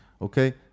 Okay